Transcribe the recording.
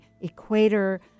equator